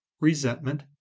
resentment